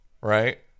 right